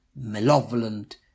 malevolent